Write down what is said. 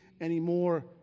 anymore